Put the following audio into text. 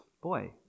boy